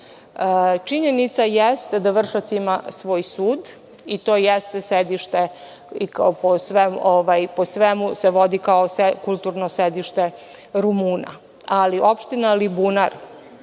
Činjenica jeste da Vršac ima svoj sud i to jeste sedište koje se po svemu vodi kao kulturno sedište Rumuna. Ali, opština Alibunar